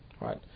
right